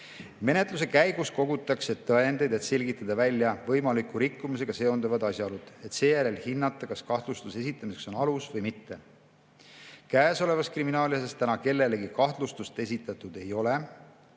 Menetluse käigus kogutakse tõendeid, et selgitada välja võimaliku rikkumisega seonduvad asjaolud, et seejärel hinnata, kas kahtlustuse esitamiseks on alus või mitte. Käesolevas kriminaalasjas kellelegi kahtlustust esitatud ei ole